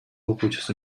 окуучусу